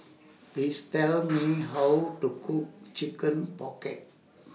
Please Tell Me How to Cook Chicken Pocket